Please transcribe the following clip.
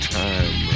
time